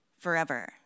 forever